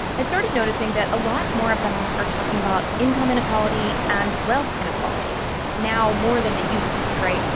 i started noticing that a lot more of them are talking about income inequality and wealth inequality now more than they used to, right?